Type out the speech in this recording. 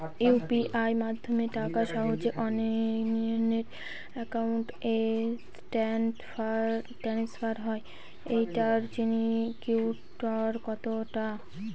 UPI মাধ্যমে টাকা সহজেই অন্যের অ্যাকাউন্ট ই ট্রান্সফার হয় এইটার সিকিউর কত টা?